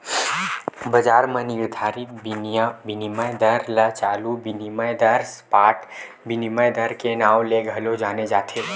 बजार म निरधारित बिनिमय दर ल चालू बिनिमय दर, स्पॉट बिनिमय दर के नांव ले घलो जाने जाथे